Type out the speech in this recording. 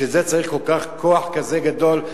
בשביל זה צריך כוח כזה גדול,